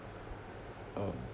um